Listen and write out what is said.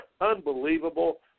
Unbelievable